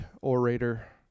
orator